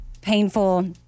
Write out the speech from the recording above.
painful